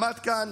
עמד כאן